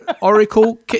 Oracle